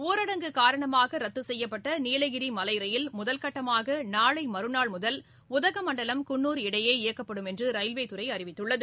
ஊரடங்கு காரணமாக ரத்து செய்யப்பட்ட நீலகிரி மலை ரயில் முதற்கட்டமாக நாளை மறுநாள் முதல் உதகமண்டலம் குன்னூர் இடையே இயக்கப்படும் என ரயில்வே துறை அறிவித்துள்ளது